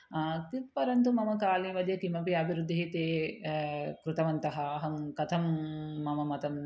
आत् परन्तु मम कालावधिं किमपि अभिवृद्धिः ते कृतवन्तः अहं कथं मम मतम्